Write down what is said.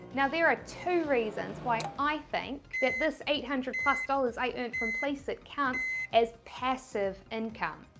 now there are two reasons why i think that this eight hundred plus dollars i earned from placeit counts as passive income.